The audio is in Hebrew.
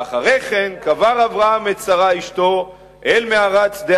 ואחרי כן קבר אברהם את שרה אשתו אל מערת שדה